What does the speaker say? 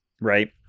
right